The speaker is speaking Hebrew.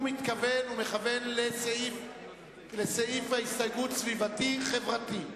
הוא מכוון לסעיף ההסתייגות של קבוצת סביבתי-חברתי.